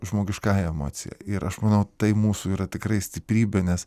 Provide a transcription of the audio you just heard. žmogiškąja emocija ir aš manau tai mūsų yra tikrai stiprybė nes